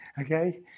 Okay